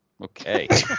Okay